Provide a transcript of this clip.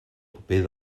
paper